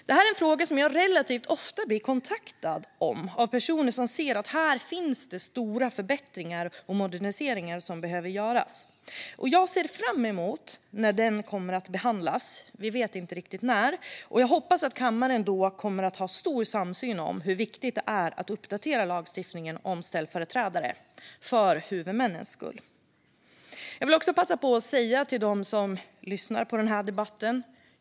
Detta är en fråga jag relativt ofta blir kontaktad om av personer som ser att det behöver göras stora förbättringar och moderniseringar här. Jag ser fram emot när utredningen kommer att behandlas - vi vet inte riktigt när det blir - och hoppas att kammaren då kommer att ha en stor samsyn om hur viktigt det är att uppdatera lagstiftningen om ställföreträdare, för huvudmännens skull. Jag vill också passa på att säga något till dem som lyssnar på den här debatten.